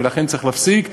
ולכן צריך להפסיק,